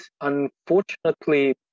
Unfortunately